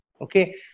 okay